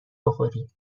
بخوری